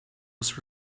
was